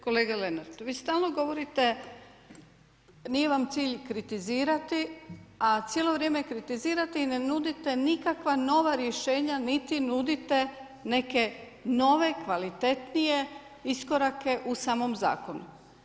Kolega Lenart, vi stalno govoriti nije vam cilj kritizirati, a cijelo vrijeme kritizirate i ne nudite nikakva nova rješenja niti nudite neke nove kvalitetnije iskorake u samom Zakonu.